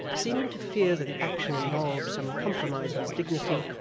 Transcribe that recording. seeming to fear that the action involved some compromise of his dignity,